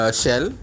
shell